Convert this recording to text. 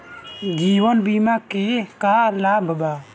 जीवन बीमा के का लाभ बा?